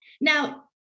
Now